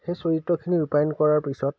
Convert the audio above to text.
সেই চৰিত্ৰখিনি ৰূপায়ন কৰাৰ পিছত